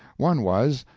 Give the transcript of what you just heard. one was,